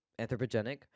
anthropogenic